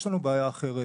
יש לנו בעיה אחרת,